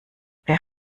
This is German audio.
wer